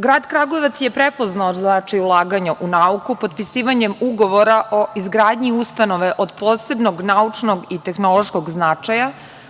Grad Kragujevac je prepoznao značaj ulaganja u nauku potpisivanjem ugovora o izgradnji ustanove od posebnog naučnog i tehnološkog značaja,